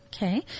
Okay